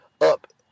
up